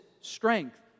strength